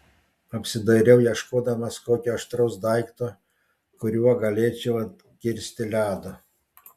apsidairiau ieškodamas kokio aštraus daikto kuriuo galėčiau atkirsti ledo